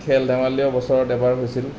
খেল ধেমালীও বছৰত এবাৰ হৈছিল